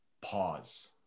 Pause